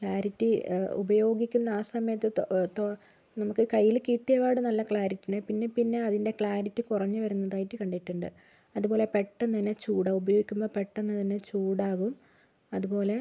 clarity ഉപയോഗിക്കുന്ന ആ സമയത്ത് നമുക്ക് കയ്യിൽ കിട്ടിയപാട് നല്ല ക്ലാരിറ്റി ഉണ്ടായിന് പിന്നെപ്പിന്നെ അതിന്റെ ക്ലാരിറ്റി കുറഞ്ഞ് വരുന്നതായിട്ട് കണ്ടിട്ടുണ്ട് അതുപോലെ പെട്ടെന്ന് തന്നെ ചൂടാവും ഉപയോഗിക്കുമ്പോൾ പെട്ടെന്ന് തന്നെ ചൂടാകും അതുപോലെ